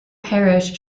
parish